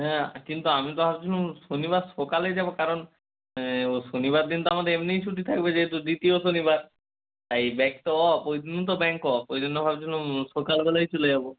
হ্যাঁ কিন্তু আমি তো ভাবছিলাম শনিবার সকালে যাব কারণ শনিবার দিন তো আমাদের এমনিই ছুটি থাকবে যেহেতু দ্বিতীয় শনিবার তাই ব্যাংক তো অফ ওই জন্য তো ব্যাংক অফ ওই জন্য ভাবছিলাম সকালবেলাই চলে যাব